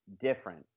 different